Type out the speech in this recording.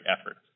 efforts